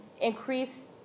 increase